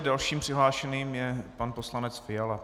Dalším přihlášeným je pan poslanec Fiala.